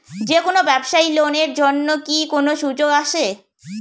যে কোনো ব্যবসায়ী লোন এর জন্যে কি কোনো সুযোগ আসে?